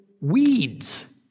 weeds